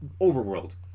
overworld